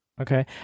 Okay